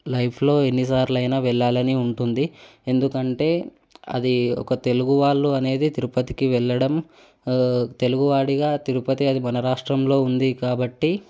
లైఫ్లో ఎన్నిసార్లు అయినా వెళ్ళాలని ఉంటుంది ఎందుకంటే అది ఒక తెలుగు వాళ్ళు అనేది తిరుపతికి వెళ్ళడం తెలుగువాడిగా తిరుపతి అది మన రాష్ట్రంలో ఉంది కాబట్టి